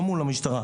לא מול המשטרה.